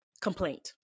complaint